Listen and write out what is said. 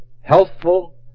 Healthful